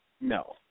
No